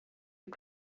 you